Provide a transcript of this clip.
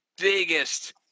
biggest